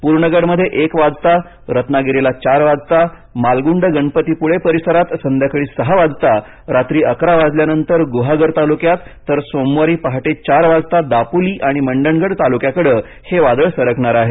पूर्णगडमध्ये एक वाजता रत्नागिरीला चार वाजता मालगुंड गणपतीपुळे परिसरात संध्याकाळी सहा वाजता रात्री अकरा वाजल्यानंतर गुहागर तालुक्यात तर सोमवारी पहाटे चार वाजता दापोली आणि मंडणगड तालुक्यांकडे वादळ सरकणार आहे